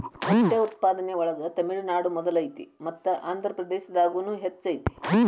ಮೊಟ್ಟೆ ಉತ್ಪಾದನೆ ಒಳಗ ತಮಿಳುನಾಡು ಮೊದಲ ಐತಿ ಮತ್ತ ಆಂದ್ರಪ್ರದೇಶದಾಗುನು ಹೆಚ್ಚ ಐತಿ